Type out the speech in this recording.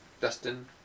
Dustin